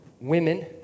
Women